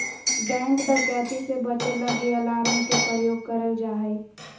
bank डकैती से बचे लगी अलार्म के प्रयोग करल जा हय